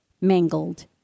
mangled